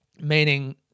Meaning